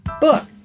Book